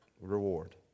reward